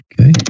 Okay